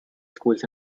schools